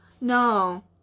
no